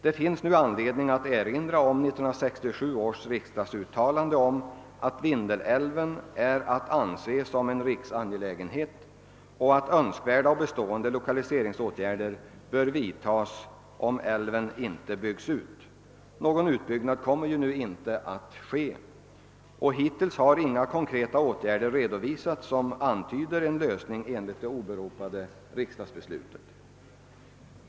Det finns nu anledning att erinra om 1967 års riksdagsuttalande om att Vindelälven är att anse som en riksangelägenhet och att önskvärda och bestående lokaliseringsåtgärder bör vidtas om älven inte byggs ut. Någon utbyggnad kommer ju nu inte att äga rum. Hittills har inga konkreta åtgärder redovisats som antyder en lösning enligt det åberopade riksdagsbeslutet.